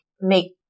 make